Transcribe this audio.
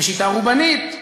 בשיטה רובנית.